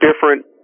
different